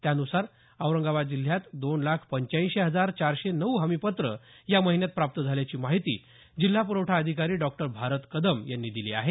त्यानुसार औरंगाबाद जिल्ह्यात दोन लाख पंच्याऐंशी हजार चारशे नऊ हमीपत्रं या महिन्यासाठी प्राप्त झाल्याची माहिती जिल्हा प्रवठा अधिकारी डॉक्टर भारत कदम यांनी दिली आहे